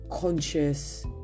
conscious